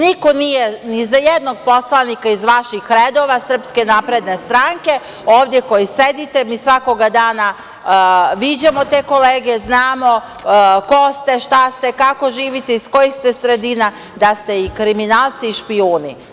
Niko nije ni za jednog poslanika iz vaših redova SNS ovde koji sedite, mi svakog dana viđamo te kolege, znamo ko ste, šta ste, kako živite, iz kojih ste sredina, da ste i kriminalci i špijuni.